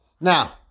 Now